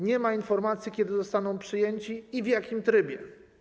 Nie ma informacji, kiedy zostaną przyjęci i w jakim trybie.